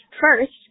First